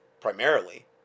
primarily